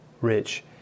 rich